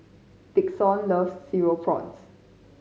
Dixon loves Cereal Prawns